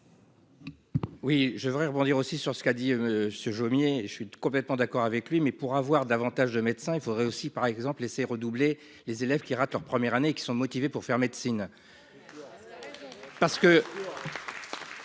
Oui, je voudrais rebondir aussi sur ce qu'a dit ce Jomier. Je suis complètement d'accord avec lui, mais pour avoir davantage de médecins. Il faudrait aussi par exemple laisser redoubler les élèves qui ratent leur premières années qui sont motivés pour faire médecine. Parce que